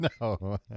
No